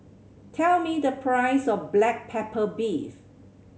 tell me the price of black pepper beef